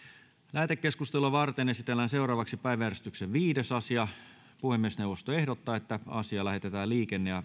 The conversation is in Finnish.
lähetekeskustelua varten esitellään päiväjärjestyksen viides asia puhemiesneuvosto ehdottaa että asia lähetetään liikenne ja